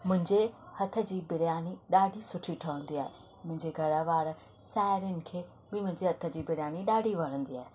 मुंहिंजे हथ जी बिरयानी ॾाढी सुठी ठहंदी आहे मुंहिंजे घरु वारा साहेड़ियुनि खे बि मुंहिंजे हथ जी बिरयानी ॾाढी वणंदी आहे